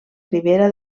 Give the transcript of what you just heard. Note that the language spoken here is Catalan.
ribera